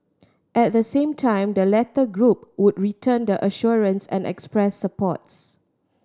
at the same time the latter group would return the assurance and express supports